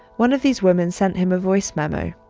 one of these women sent him a voice memo.